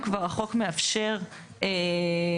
ואז זה מחייב את העוסקים ליצור קשר עם